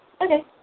Okay